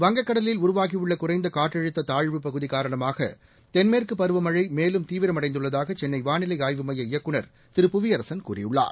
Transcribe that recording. வங்கக்கடலில் உருவாகியுள்ள குறைந்த காற்றழுத்த தாழ்வுப்பகுதி காரணமாக தென்மேற்கு பருவமனழ மேலும் தீவரமடைந்துள்ளதாக கென்ளை வாளிலை ஆய்வு மைய இயக்குநர் திரு புவியரசன் கூறியுள்ளார்